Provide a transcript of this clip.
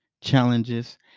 challenges